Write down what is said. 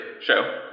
show